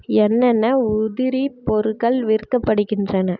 என்னென்ன உதிரி பொருட்கள் விற்கப்படுகின்றன